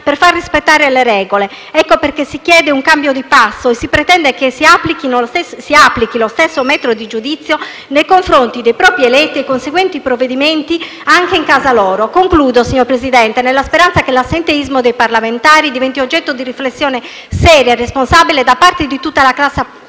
per far rispettare le regole. Ecco perché si chiede un cambio di passo e si pretende che applichino lo stesso metro di giudizio nei confronti dei propri eletti ed i conseguenti provvedimenti anche in casa loro. Concludo, signor Presidente, nella speranza che l'assenteismo dei parlamentari diventi oggetto di riflessione seria e responsabile da parte di tutta la classe